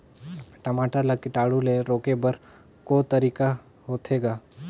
टमाटर ला कीटाणु ले रोके बर को तरीका होथे ग?